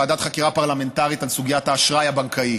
ועדת חקירה פרלמנטרית על סוגיית האשראי הבנקאי,